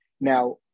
Now